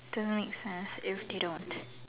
doesn't make sense if they don't